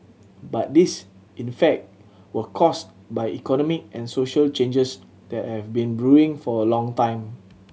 but these in fact were caused by economic and social changes that have been brewing for a long time